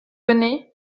venez